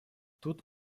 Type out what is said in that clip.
тут